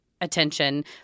attention